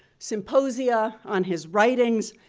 symposia on his writings,